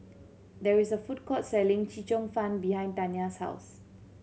there is a food court selling Chee Cheong Fun behind Tania's house